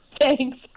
Thanks